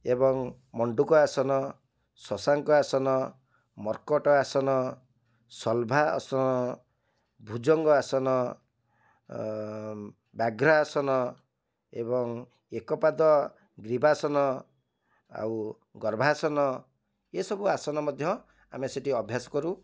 ଏବଂ ମଣ୍ଡୁକ ଆସନ ଶଶାଙ୍କ ଆସନ ମର୍କଟ ଆସନ ସଲ୍ଭା ଆସନ ଭୁଜଙ୍ଗ ଆସନ ବ୍ୟାଘ୍ର ଆସନ ଏବଂ ଏକପାଦ ଗ୍ରୀବାସନ ଆଉ ଗର୍ଭାସନ ଏ ସବୁ ଆସନ ମଧ୍ୟ ଆମେ ସେଇଠି ଅଭ୍ୟାସ କରୁ